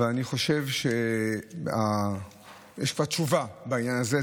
אבל אני חושב שיש את התשובה בעניין הזה.